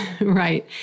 Right